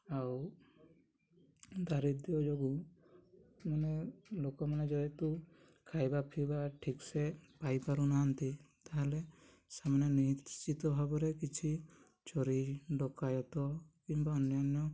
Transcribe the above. ଆଉ ଦାରିଦ୍ର୍ୟ ଯୋଗୁଁ ମାନେ ଲୋକମାନେ ଯେହେତୁ ଖାଇବା ପିଇବା ଠିକ୍ସେ ପାଇପାରୁ ନାହାନ୍ତି ତାହେଲେ ସେମାନେ ନିଶ୍ଚିତ ଭାବରେ କିଛି ଚୋରି ଡକାୟତ କିମ୍ବା ଅନ୍ୟାନ୍ୟ